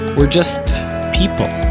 we're just people.